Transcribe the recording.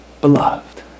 beloved